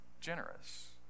generous